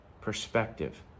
perspective